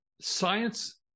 Science